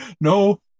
No